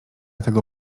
tego